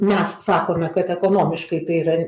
mes sakome kad ekonomiškai tai yra